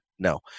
No